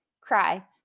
cry